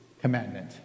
commandment